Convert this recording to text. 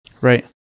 Right